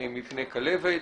מפני כלבת,